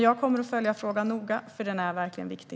Jag kommer att följa frågan noga, för den är verkligen viktig.